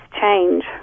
change